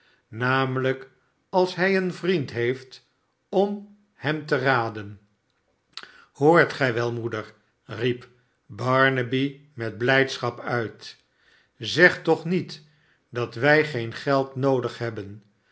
namelijk als hij een vriend heeft om hem te raden hoort gij wel moeder riep barnaby met blijdschap uit zeg toch niet datwijgeen geld noodig hebben